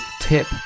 tip